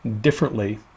differently